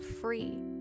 free